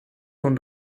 und